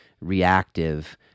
reactive